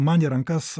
man į rankas